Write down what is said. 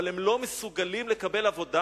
אבל הם לא מסוגלים לקבל עבודה,